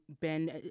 Ben